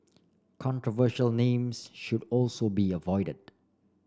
controversial names should also be avoided